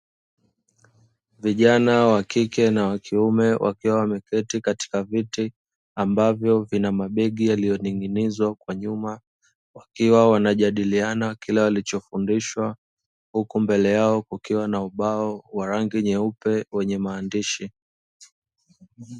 Vijana wakike na wakiume wakiwa wameketi katika viti ambavyo vina mabegi yaliyo ning'inizwa kwa nyuma wakiwa wanajadiliana kile walichofundishwa huku mbele yao kukiwa na ubao wa rangi nyeupe wenye maandishi.